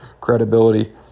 credibility